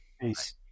Peace